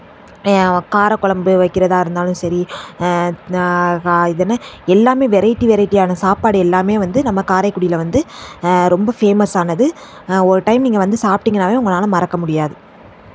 காரக்குழம்பு வைக்கிறதா இருந்தாலும் சரி இதுனு எல்லாமே வெரைட்டி வெரைட்டியான சாப்பாடு எல்லாமே வந்து நம்ம காரைக்குடியில் வந்து ரொம்ப ஃபேமஸானது ஒரு டைம் நீங்கள் வந்து சாப்பிட்டீங்கனாவே உங்களால மறக்க முடியாது